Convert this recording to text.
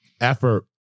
effort